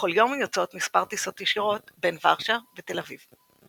בכל יום יוצאות מספר טיסות ישירות בין ורשה ותל אביב.